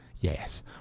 Yes